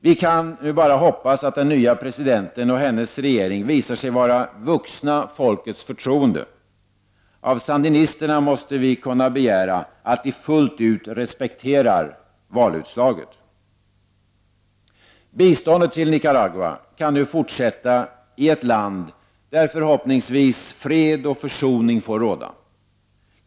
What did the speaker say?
Vi kan bara hoppas att den nya presidenten och hennes regering visar sig vara vuxna folkets förtroende. Av sandinisterna måste vi kunna begära att de fullt ut respekterar valutslaget. Biståndet till Nicaragua kan nu fortsätta i ett land där förhoppningsvis fred och försoning får råda.